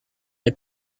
est